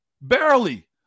Barely